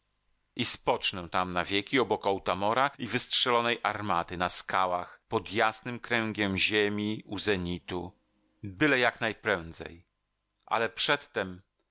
i spocznę tam na wieki obok otamora i wystrzelonej armaty na skałach pod jasnym kręgiem ziemi u zenitu byle jak najprędzej ale przedtem